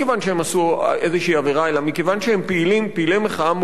עשו איזו עבירה אלא מכיוון שהם פעילי מחאה מוכרים.